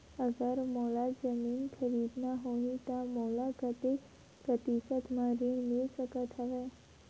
अगर मोला जमीन खरीदना होही त मोला कतेक प्रतिशत म ऋण मिल सकत हवय?